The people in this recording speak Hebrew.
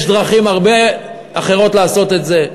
יש הרבה דרכים אחרות לעשות את זה.